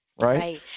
right